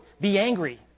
be-angry